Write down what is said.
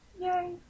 Yay